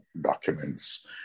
documents